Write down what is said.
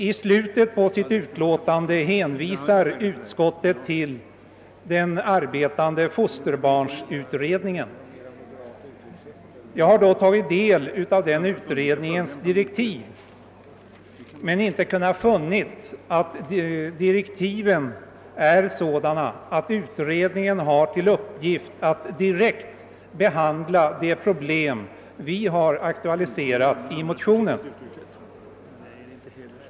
I slutet av sitt utlåtande hänvisar utskottet till den arbetande fosterbarnsutredningen. Jag har tagit del av utredningens direktiv, men jag har inte kunnat finna att direktiven är sådana att utredningen har till uppgift att direkt behandla det problem som har aktualiserats i motionen.